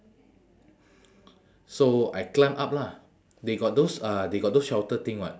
so I climb up lah they got those uh they got those shelter thing [what]